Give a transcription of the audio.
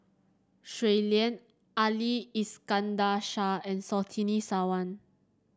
Shui Lan Ali Iskandar Shah and Surtini Sarwan